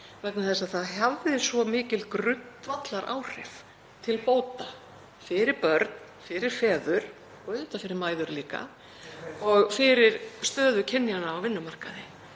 vegna þess að það hafði svo mikil grundvallaráhrif til bóta fyrir börn, fyrir feður og auðvitað líka fyrir mæður og fyrir stöðu kynjanna á vinnumarkaði.